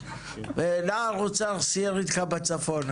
נער אוצר סייר איתך בצפון,